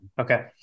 Okay